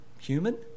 human